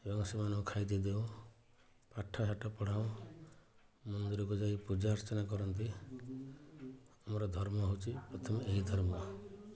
ଏବଂ ସେମାନଙ୍କୁ ଖାଇବାକୁ ଦେଉ ପାଠ ସାଠ ପଢ଼ାଉ ମନ୍ଦିରକୁ ଯାଇ ପୂଜା ଅର୍ଚ୍ଚନା କରନ୍ତି ଆମର ଧର୍ମ ହେଉଛି ପ୍ରଥମେ ଏହି ଧର୍ମ